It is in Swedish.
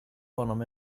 honom